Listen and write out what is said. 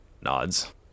nods